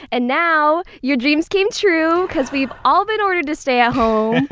and now, your dreams came true because we've all been ordered to stay at home!